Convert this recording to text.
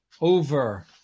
over